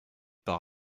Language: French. par